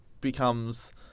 becomes